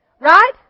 Right